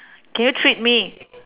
can you treat me